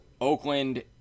Oakland